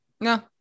No